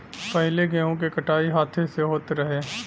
पहिले गेंहू के कटाई हाथे से होत रहे